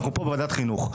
אנחנו פה בוועדת חינוך,